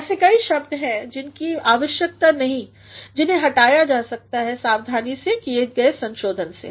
ऐसे कई शब्द हैं जिनकी आवश्यकता नहीं जिन्हें हटाया जा सकता है सावधानी से किए गए संशोधन से